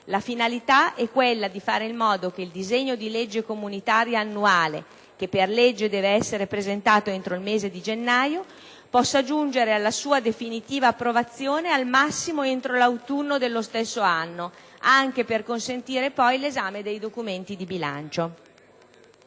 La finalità è quella di fare in modo che il disegno di legge comunitaria annuale, che per legge deve essere presentato entro il mese di gennaio, possa giungere alla sua definitiva approvazione al massimo entro l'autunno dello stesso anno, anche per consentire poi l'esame dei documenti di bilancio.